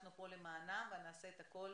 אנחנו פה למענם ונעשה את הכול